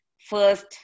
first